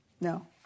No